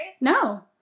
No